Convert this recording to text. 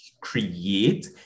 create